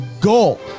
goal